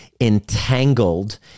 entangled